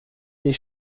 des